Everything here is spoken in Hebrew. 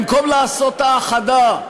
במקום לעשות האחדה,